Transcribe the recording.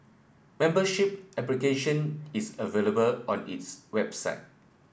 membership application is available on its website